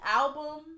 album